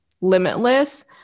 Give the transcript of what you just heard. limitless